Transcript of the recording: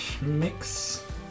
mix